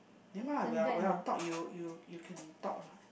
nevermind ah when I when I talk you you you can talk lah